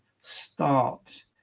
start